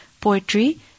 poetry